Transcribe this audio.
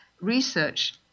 research